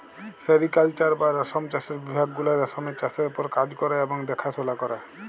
sericulture বা রেশম চাষের বিভাগ গুলা রেশমের চাষের উপর কাজ ক্যরে এবং দ্যাখাশলা ক্যরে